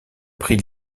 prix